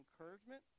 encouragement